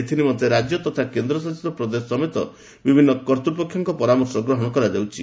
ଏଥିନିମନ୍ତେ ରାଜ୍ୟ ତଥା କେନ୍ଦ୍ର ଶାସିତ ପ୍ରଦେଶ ସମେତ ବିଭିନ୍ନ କର୍ତ୍ତୁ ପକ୍ଷଙ୍କ ପରାମର୍ଶ ଗ୍ରହଣ କରାଯାଉଛି